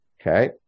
Okay